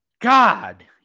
God